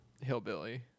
hillbilly